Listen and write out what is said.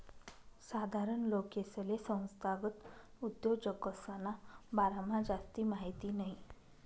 साधारण लोकेसले संस्थागत उद्योजकसना बारामा जास्ती माहिती नयी